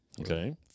Okay